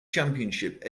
championship